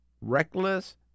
Reckless